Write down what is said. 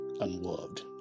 unloved